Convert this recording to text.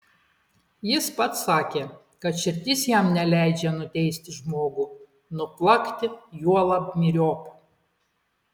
jis pats sakė kad širdis jam neleidžia nuteisti žmogų nuplakti juolab myriop